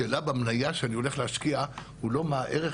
השאלה במניה שאני הולך להשקיע היא לא מה הערך